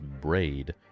braid